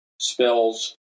spells